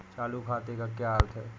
चालू खाते का क्या अर्थ है?